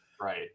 right